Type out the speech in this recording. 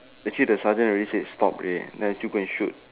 actually the sergeant already said stop already then I still go and shoot